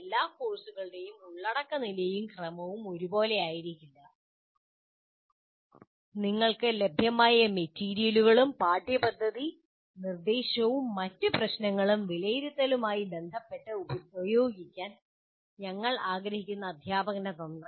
എല്ലാ കോഴ്സുകളുടെയും ഉള്ളടക്കനിലയും ക്രമവും ഒരു പോലെയല്ല നിങ്ങൾക്ക് ലഭ്യമായ മെറ്റീരിയലുകളും പാഠ്യപദ്ധതി നിർദ്ദേശവും മറ്റ് പ്രശ്നങ്ങളും വിലയിരുത്തലുമായി ബന്ധപ്പെട്ട ഉപയോഗിക്കാൻ നിങ്ങൾ ആഗ്രഹിക്കുന്ന അധ്യാപന തന്ത്രങ്ങൾ